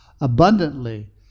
abundantly